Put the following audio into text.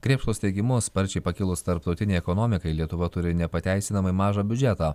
krėpštos teigimu sparčiai pakilus tarptautinei ekonomikai lietuva turi nepateisinamai mažą biudžetą